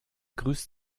grüßt